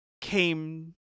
came